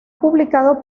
publicado